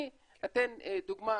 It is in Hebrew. אני אתן דוגמה.